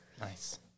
Nice